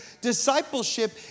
Discipleship